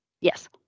Yes